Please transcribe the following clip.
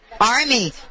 Army